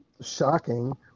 shocking